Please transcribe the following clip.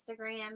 Instagram